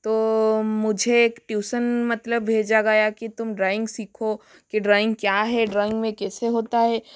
तो मुझे एक ट्यूसन मतलब भेजा गया कि तुम ड्रॉइंग सीखो कि ड्रॉइंग क्या है ड्रॉइंग में केसे होता है